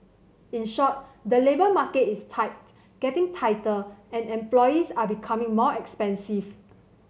in short the labour market is tight getting tighter and employees are becoming more expensive